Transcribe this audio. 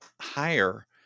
higher